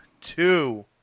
two